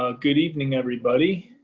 ah good evening everybody.